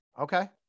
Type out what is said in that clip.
Okay